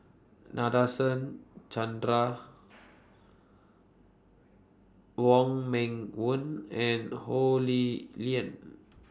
Nadasen Chandra Wong Meng Voon and Ho Lee Ling